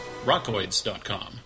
Rockoids.com